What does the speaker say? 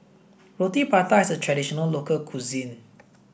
Roti Prata is a traditional local cuisine